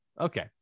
okay